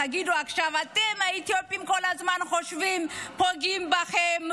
תגידו עכשיו: אתם האתיופים כל הזמן חושבים שפוגעים בכם,